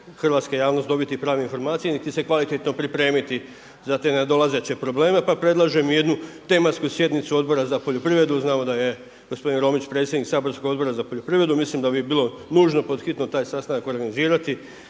hrvatska javnost dobiti prave informacije niti se kvalitetno pripremiti za te nadolazeće probleme. Pa predlažem i jednu tematsku sjednicu Odbora za poljoprivredu, znamo da je gospodin Romić predsjednik saborskog Odbora za poljoprivredu mislim da bi bilo nužno pod hitno taj sastanak organizirati